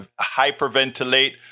hyperventilate